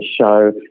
show